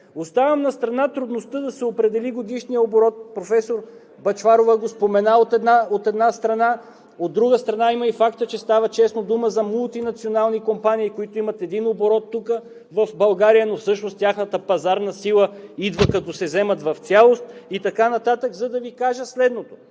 Оставям настрана трудността да се определи годишният оборот – професор Бъчварова го спомена. От друга страна, е и фактът, че често става дума за мултинационални компании, които имат един оборот тук в България, но всъщност тяхната пазарна сила идва, като се вземат в цялост и така нататък, за да Ви кажа следното: